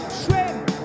shrimp